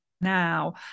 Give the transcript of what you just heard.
now